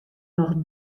noch